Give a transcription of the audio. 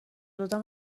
دادن